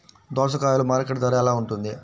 దోసకాయలు మార్కెట్ ధర ఎలా ఉంటుంది?